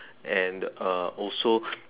and uh also